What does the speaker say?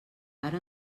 ara